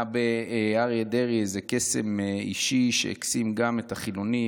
היה באריה דרעי איזה קסם אישי שהקסים גם את החילונים,